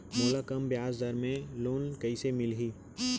मोला कम ब्याजदर में लोन कइसे मिलही?